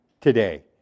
today